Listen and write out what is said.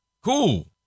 Cool